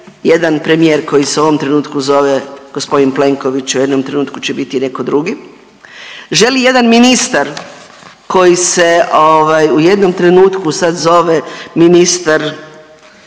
jedan premijer koji se u ovom trenutku zove gospodin Plenković, u jednom trenutku će biti netko drugi. Želi jedan ministar koji se u jednom trenutku sad zove ministar